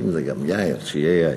אם זה גם יאיר שיהיה יאיר.